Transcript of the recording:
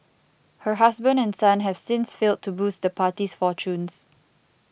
her husband and son have since failed to boost the party's fortunes